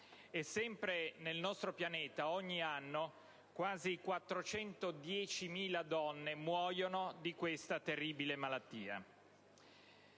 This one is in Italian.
Sempre nel nostro pianeta, ogni anno quasi 410.000 donne muoiono di questa terribile malattia.